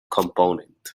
component